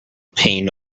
pain